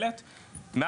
שקף הבא,